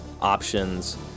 options